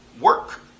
work